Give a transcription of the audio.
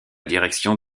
direction